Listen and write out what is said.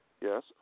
Yes